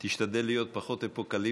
רק תשתדל להיות פחות אפוקליפטי,